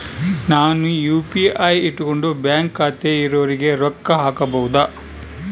ನಾನು ಯು.ಪಿ.ಐ ಇಟ್ಕೊಂಡು ಬ್ಯಾಂಕ್ ಖಾತೆ ಇರೊರಿಗೆ ರೊಕ್ಕ ಹಾಕಬಹುದಾ?